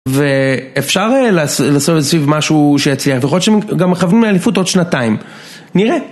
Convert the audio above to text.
ואפשר לעשות את זה סביב משהו שיצליח, ויכול להיוצ שהם גם מכוונים לאליפות עוד שנתיים. נראה.